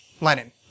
Lenin